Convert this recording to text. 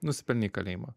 nusipelnei kalėjimo